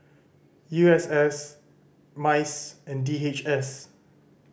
U S S MICE and D H S